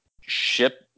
Ship